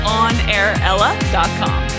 onairella.com